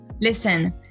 Listen